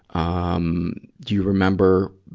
um do you remember,